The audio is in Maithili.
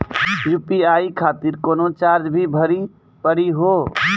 यु.पी.आई खातिर कोनो चार्ज भी भरी पड़ी हो?